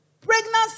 Pregnancy